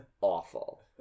awful